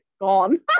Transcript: gone